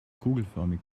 kugelförmig